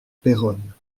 péronne